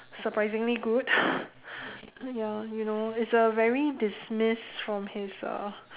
surprisingly good ya you know it's a very dismissed from his uh